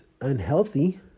unhealthy